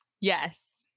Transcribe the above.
Yes